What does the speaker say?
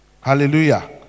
hallelujah